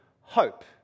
hope